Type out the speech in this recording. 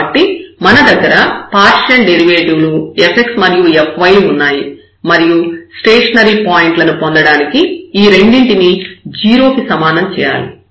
కాబట్టి మన దగ్గర పార్షియల్ డెరివేటివ్ లు fx మరియు fy లు ఉన్నాయి మరియు స్టేషనరీ పాయింట్లను పొందడానికి ఈ రెండింటినీ 0 కి సమానం చేయాలి